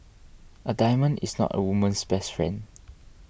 a diamond is not a woman's best friend